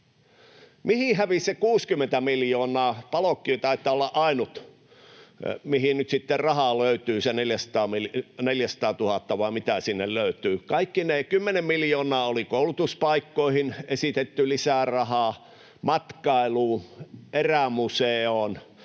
Mihin hävisi se 60 miljoonaa? Palokki taitaa olla ainut, mihin nyt rahaa löytyy se 400 000, vai mitä sinne löytyy. Kaikki ne 10 miljoonaa oli koulutuspaikkoihin esitetty lisää rahaa, matkailuun, erämuseoon